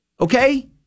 Okay